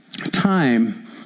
Time